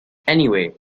anyway